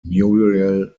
muriel